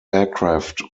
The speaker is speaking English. aircraft